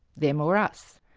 them or us?